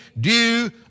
due